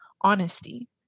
honesty